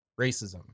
racism